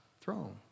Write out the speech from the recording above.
throne